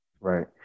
right